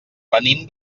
venim